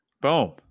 Boom